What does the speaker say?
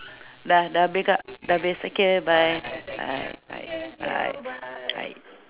dah dah habis kak dah habis take care bye bye bye bye bye